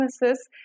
businesses